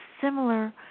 similar